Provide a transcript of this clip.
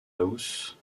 house